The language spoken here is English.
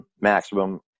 maximum